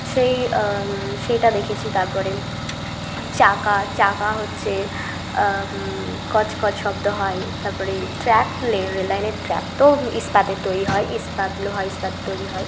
সেই সেইটা দেখেছি তারপরে চাকা চাকা হচ্ছে কচ কচ শব্দ হয় তারপরে ট্র্যাক লে রেললাইনের ট্র্যাক তো ইস্পাতের তৈরি হয় ইস্পাত লোহা ইস্পাতের তৈরি হয়